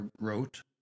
wrote